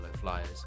flyers